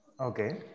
Okay